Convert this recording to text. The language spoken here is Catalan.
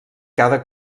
cada